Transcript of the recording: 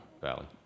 Valley